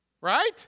right